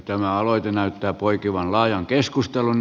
tämä aloite näyttää poikivan laajan keskustelun